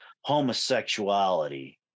homosexuality